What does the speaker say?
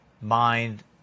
mind